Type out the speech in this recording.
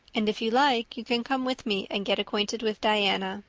and if you like you can come with me and get acquainted with diana.